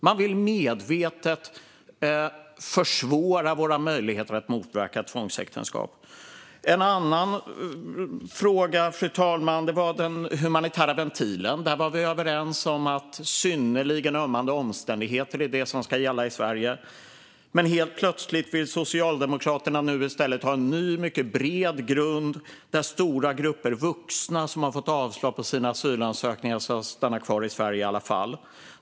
Man vill medvetet försvåra våra möjligheter att motverka tvångsäktenskap. Fru talman! En annan fråga var den humanitära ventilen. Där var vi överens om att synnerligen ömmande omständigheter är det som ska gälla i Sverige. Men helt plötsligt vill Socialdemokraterna nu i stället ha en ny och mycket bred grund som gör att stora grupper vuxna som har fått avslag på sina asylansökningar ska få stanna kvar i Sverige i alla fall.